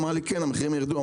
הוא אמר לי כן המחירים ירדו,